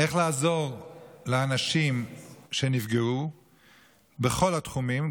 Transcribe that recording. איך לעזור לאנשים שנפגעו בכל התחומים.